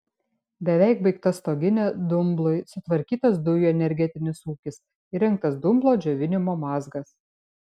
beveik baigta stoginė dumblui sutvarkytas dujų energetinis ūkis įrengtas dumblo džiovinimo mazgas